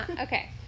Okay